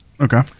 Okay